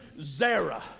Zara